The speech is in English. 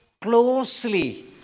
Closely